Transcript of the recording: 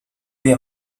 wie